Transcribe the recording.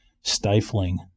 stifling